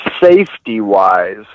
safety-wise